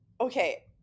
Okay